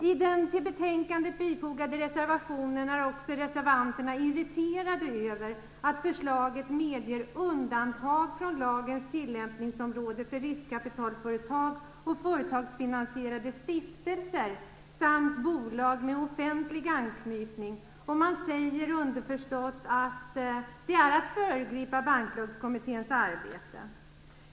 I den till betänkandet bifogade reservationen är också reservanterna irriterade över att förslaget medger undantag från lagens tillämpningsområde för riskkapitalföretag och företagsfinansierande stiftelser samt för bolag med offentlig anknytning. Man säger underförstått att detta är att föregripa Banklagskommitténs arbete.